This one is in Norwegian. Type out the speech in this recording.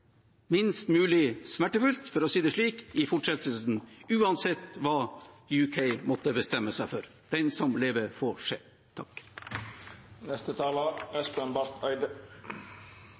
minst mulig smertefullt – for å si det slik – i fortsettelsen, uansett hva UK måtte bestemme seg for. Den som lever, får